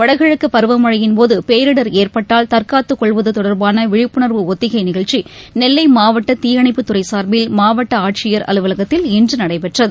வடகிழக்கு பருவமழையின் போது பேரிடர் ஏற்பட்டால் தற்காத்துக்கொள்வது தொடர்பான விழிப்புணர்வு ஒத்திகை நிகழ்ச்சி நெல்லை மாவட்ட தீயணைப்புத்துறை சார்பில் மாவட்ட ஆட்சியர் அலுவலகத்தில் இன்று நடைபெற்றகு